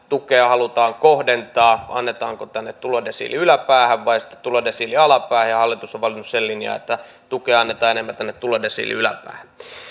tukea halutaan kohdentaa annetaanko tänne tulodesiilien yläpäähän vai sitten tulodesiilien alapäähän ja hallitus on valinnut sen linjan että tukea annetaan enemmän tulodesiilien yläpäähän